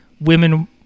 women